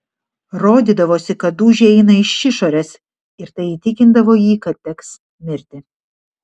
rodydavosi kad dūžiai eina iš išorės ir tai įtikindavo jį kad teks mirti